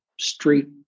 street